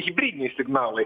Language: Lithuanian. hibridiniai signalai